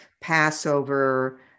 Passover